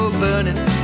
burning